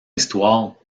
histoire